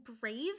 brave